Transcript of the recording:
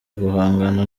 guhangana